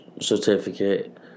Certificate